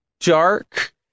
dark